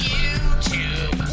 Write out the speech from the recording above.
YouTube